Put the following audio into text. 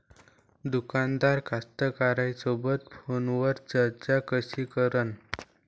दुकानदार कास्तकाराइसोबत फोनवर चर्चा कशी करन?